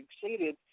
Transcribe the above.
succeeded